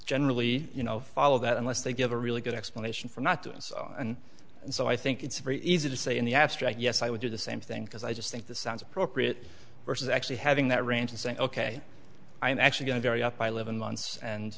generally you know follow that unless they give a really good explanation for not doing so and so i think it's very easy to say in the abstract yes i would do the same thing because i just think that sounds appropriate versus actually having that range and saying ok i'm actually going to carry out by live in months and